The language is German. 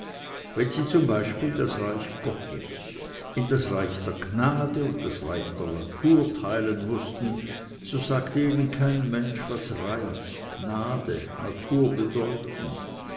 wenn sie zum beispiel das reich gottes in das reich der gnade und das reich der natur teilen mußten so sagte ihnen kein mensch was reich gnade natur bedeuten